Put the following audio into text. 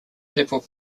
level